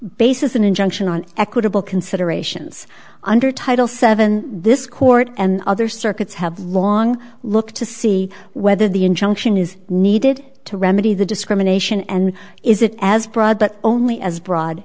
bases an injunction on equitable considerations under title seven this court and other circuits have long look to see whether the injunction is needed to remedy the discrimination and is it as broad but only as broad